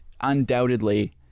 undoubtedly